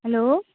hello